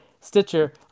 Stitcher